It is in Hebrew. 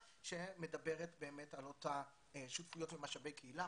שמדברת על אותן שותפויות במשאבי קהילה.